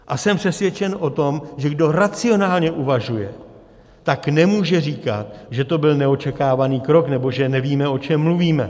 A jsem přesvědčen o tom, že kdo racionálně uvažuje, tak nemůže říkat, že to byl neočekávaný krok nebo že nevíme, o čem mluvíme.